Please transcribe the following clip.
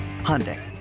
Hyundai